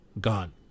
gone